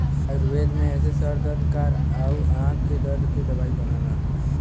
आयुर्वेद में एसे सर दर्द कान आउर आंख के दर्द के दवाई बनला